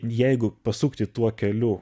jeigu pasukti tuo keliu